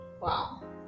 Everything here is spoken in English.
Wow